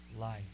life